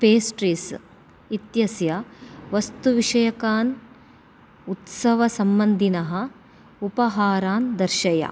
pastries इत्यस्य वस्तुविषयकान् उत्सवसम्बन्धिनः उपहारान् दर्शय